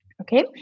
Okay